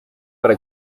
para